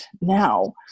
now